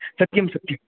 सत्यं सत्यं